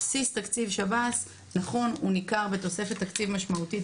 בסיס תקציב שב"ס ניכר בתוספת תקציב משמעותית